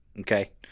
Okay